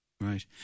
Right